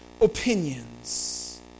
opinions